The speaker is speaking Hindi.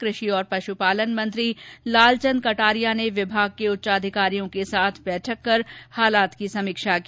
कृषि और पशुपालन मंत्री लाल चंद कटारिया ने विभाग के उच्च अधिकारियों के साथ बैठक कर हालात की समीक्षा की